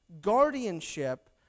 guardianship